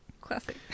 Classic